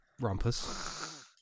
Rumpus